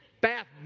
bath